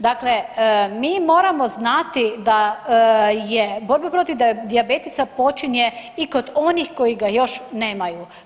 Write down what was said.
Dakle mi moramo znati da je borba protiv dijabetesa počinje i kod onih koji ga još nemaju.